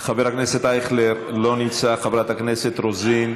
חבר הכנסת אייכלר, לא נמצא, חברת הכנסת רוזין,